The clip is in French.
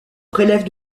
prélève